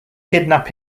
kidnap